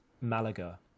malaga